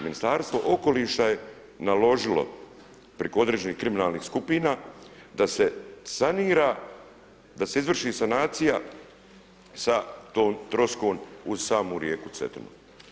Ministarstvo okoliša je naložilo preko određenih kriminalnih skupina da se sanira, da se izvrši sanacija sa tom troskom uz samu rijeku Cetinu.